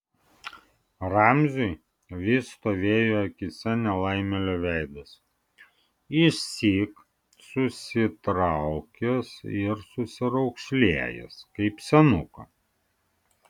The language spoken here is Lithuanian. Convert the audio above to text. ramziui vis stovėjo akyse nelaimėlio veidas išsyk susitraukęs ir susiraukšlėjęs kaip senuko